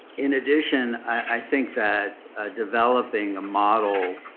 in addition, i think that developing a model